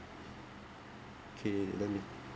K let me